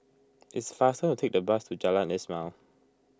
it's faster to take the bus to Jalan Ismail